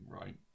right